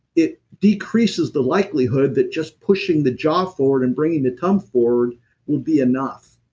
it decreases the likelihood that just pushing the jaw forward, and bringing the tongue forward will be enough.